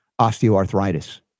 osteoarthritis